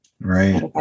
Right